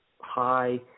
high